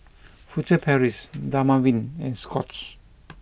Furtere Paris Dermaveen and Scott's